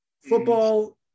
football